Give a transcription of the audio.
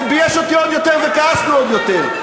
זה בייש אותי עוד יותר וכעסנו עוד יותר.